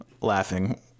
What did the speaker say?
laughing